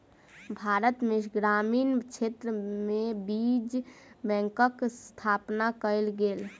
भारत में ग्रामीण क्षेत्र में बीज बैंकक स्थापना कयल गेल